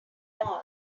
all